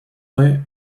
way